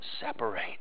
separate